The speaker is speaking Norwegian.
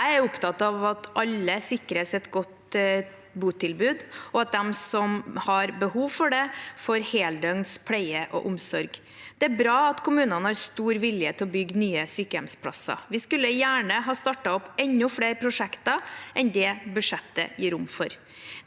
15. feb. – Ordinær spørretime 2463 botilbud, og at de som har behov for det, får heldøgns pleie og omsorg. Det er bra at kommunene har stor vilje til å bygge nye sykehjemsplasser. Vi skulle gjerne ha startet opp enda flere prosjekter enn det budsjettet gir rom for.